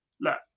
Look